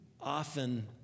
often